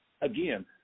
again